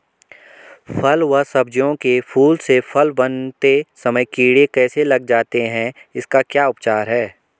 फ़ल व सब्जियों के फूल से फल बनते समय कीड़े कैसे लग जाते हैं इसका क्या उपचार है?